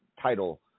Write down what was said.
title